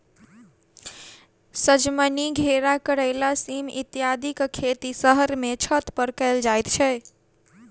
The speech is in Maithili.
सजमनि, घेरा, करैला, सीम इत्यादिक खेत शहर मे छत पर कयल जाइत छै